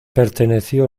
perteneció